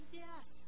yes